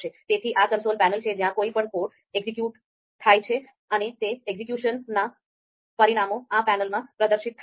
તેથી આ console panel છે જ્યાં કોઈપણ કોડ એક્ઝેક્યુટ થાય છે અને તે એક્ઝેક્યુશનનાં પરિણામો આ પેનલમાં પ્રદર્શિત થાય છે